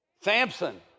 Samson